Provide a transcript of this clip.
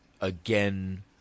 again